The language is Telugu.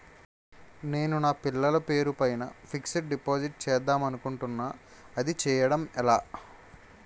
నేను నా పిల్లల పేరు పైన ఫిక్సడ్ డిపాజిట్ చేద్దాం అనుకుంటున్నా అది చేయడం ఎలా?